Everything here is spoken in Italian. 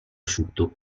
asciutto